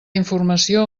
informació